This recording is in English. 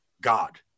God